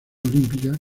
olímpica